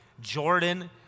Jordan